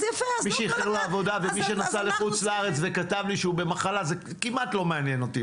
מי שנסע לחוץ לארץ וכתב יום מלה זה כמעט לא מעניין אותי,